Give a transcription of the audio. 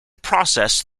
process